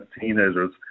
teenagers